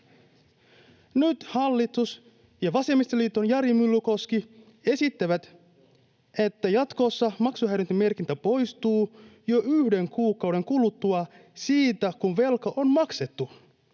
Nyt hallitus ja vasemmistoliiton Jari Myllykoski esittävät, että jatkossa maksuhäiriömerkintä poistuu jo yhden kuukauden kuluttua siitä, kun velka on maksettu.